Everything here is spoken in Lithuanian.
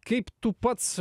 kaip tu pats